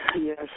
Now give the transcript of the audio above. yes